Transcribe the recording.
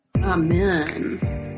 Amen